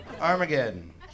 Armageddon